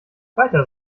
weiter